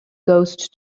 ghost